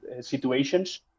situations